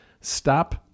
stop